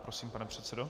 Prosím, pane předsedo.